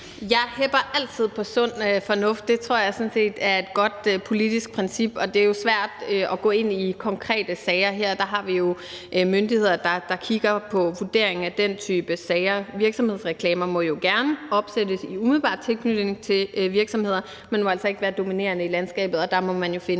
hepper altid på den sunde fornuft. Det tror jeg sådan set er et godt politisk princip. Det er jo svært at gå ind i konkrete sager her. Der har vi jo myndigheder, der vurderer den type sager. Virksomhedsreklamer må jo gerne opsættes i umiddelbar tilknytning til virksomhederne, men må altså ikke være dominerende i landskabet. Der må man jo